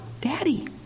daddy